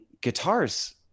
guitars